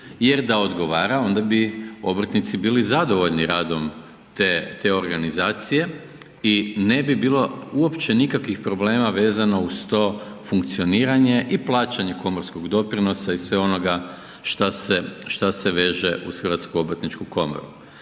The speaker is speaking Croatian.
Jer da odgovara onda bi obrtnici bili zadovoljni radom te organizacije i ne bi bilo uopće nikakvih problema vezano uz to funkcioniranje i plaćanje komorskog doprinosa i svega onoga šta se veže uz HOK. Jednim